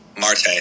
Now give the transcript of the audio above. Marte